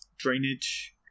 drainage